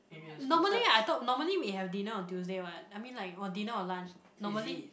normally I thought normally we have dinner on Tuesday what I mean like on dinner or lunch normally